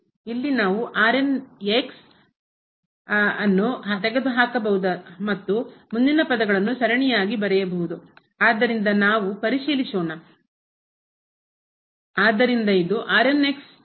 ಇಲ್ಲಿ ನಾವು ಅನ್ನು ತೆಗೆದುಹಾಕಬಹುದು ಮತ್ತು ಮುಂದಿನ ಪದಗಳನ್ನು ಸರಣಿಯಾಗಿ ಬರೆಯಬಹುದು ಆದ್ದರಿಂದ ನಾವು ಪರಿಶೀಲಿಸೋಣ